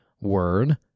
Word